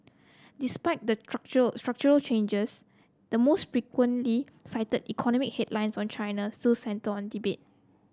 despite the structural structural changes the most frequently fight economic headlines on China still centre on debt